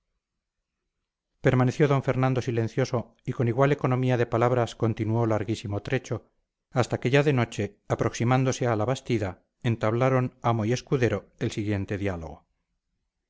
permaneció d fernando silencioso y con igual economía de palabras continuó larguísimo trecho hasta que ya de noche aproximándose a la bastida entablaron amo y escudero el siguiente diálogo